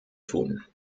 tun